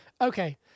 okay